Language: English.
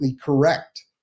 correct